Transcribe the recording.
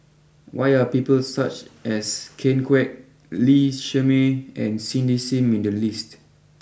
why are people such as Ken Kwek Lee Shermay and Cindy Sim in the list